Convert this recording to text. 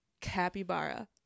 capybara